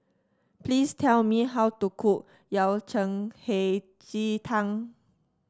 please tell me how to cook Yao Cai Hei Ji Tang